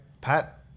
Pat